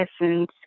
Essence